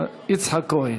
יצחק כהן.